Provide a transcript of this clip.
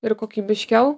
ir kokybiškiau